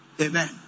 Amen